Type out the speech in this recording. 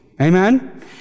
Amen